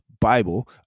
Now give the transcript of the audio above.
Bible